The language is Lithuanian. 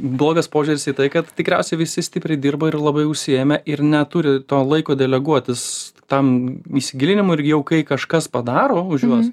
blogas požiūris į tai kad tikriausiai visi stipriai dirba ir labai užsiėmę ir neturi to laiko deleguotis tam įsigilinimui ir jau kai kažkas padaro už juos